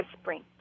spring